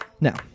Now